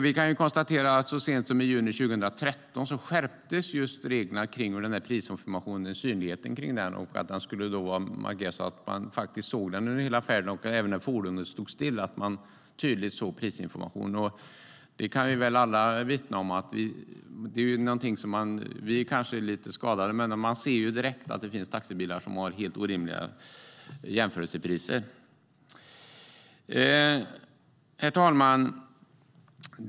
Så sent som den 1 juni 2013 skärptes reglerna för prisinformation och synligheten kring den. Man ska tydligt kunna se prisinformationen under hela färden och även när fordonet står stilla. Vi kanske är lite skadade, men vi ser ju direkt att det finns taxibilar som har helt orimliga jämförpriser. Herr talman!